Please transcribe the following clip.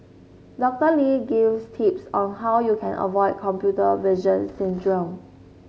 Doctor Lee gives tips on how you can avoid computer vision syndrome